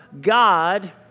God